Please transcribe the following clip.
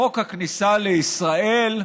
חוק הכניסה לישראל.